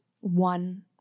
one